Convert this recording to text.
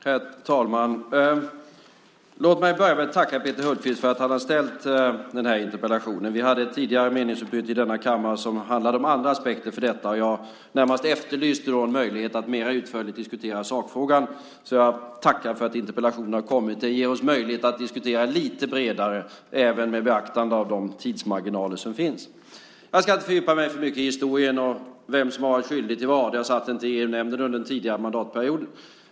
Herr talman! Låt mig börja med att tacka Peter Hultqvist för att han har ställt den här interpellationen. Vi hade ett tidigare meningsutbyte i denna kammare som handlade om andra aspekter på detta, och jag närmast efterlyste en möjlighet att mera utförligt diskutera sakfrågan. Jag tackar för att interpellationen har kommit. Det ger oss möjlighet att diskutera lite bredare, även med beaktande av de tidsmarginaler som finns. Jag ska inte fördjupa mig så mycket i historien och vem som har varit skyldig till vad. Jag satt inte i EU-nämnden under den tidigare mandatperioden.